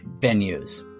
venues